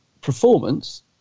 performance